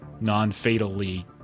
non-fatally